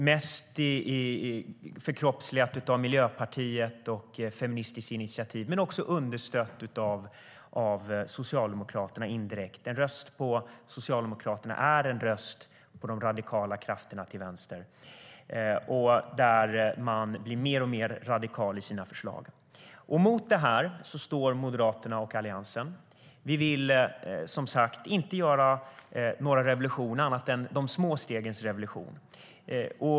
Detta förkroppsligas mest av Miljöpartiet och Feministiskt initiativ men är indirekt understött av Socialdemokraterna. En röst på Socialdemokraterna är en röst på de radikala krafterna till vänster där man blir mer och mer radikal i sina förslag. Mot det står Moderaterna och Alliansen. Vi vill inte göra någon revolution annat än de små stegens revolution.